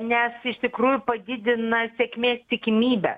nes iš tikrųjų padidina sėkmės tikimybę